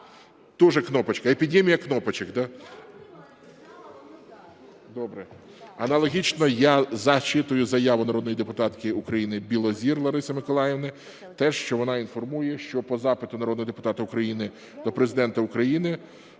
Теж кнопочка, епідемія кнопочок, да. Аналогічно я зачитую заяву народної депутатки України Білозір Лариси Миколаївни теж, що вона інформує, що по запиту народного депутата України до Президента України,